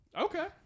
Okay